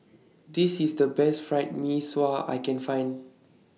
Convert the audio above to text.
This IS The Best Fried Mee Sua I Can Find